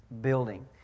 building